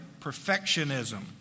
perfectionism